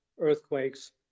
earthquakes